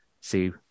see